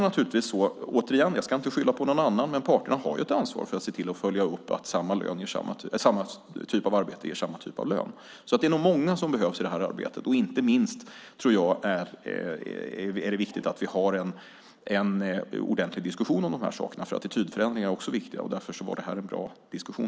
Jag ska inte skylla på någon annan, men parterna har ett ansvar för att följa upp att samma typ av arbete ger samma typ av lön. Det är nog många som behövs i det arbetet. Inte minst tror jag att det är viktigt att vi har en ordentlig diskussion om de här sakerna, för attitydförändringar är också viktiga. Därför var detta en bra diskussion.